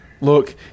Look